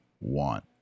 want